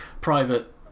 private